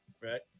right